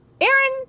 Aaron